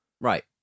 Right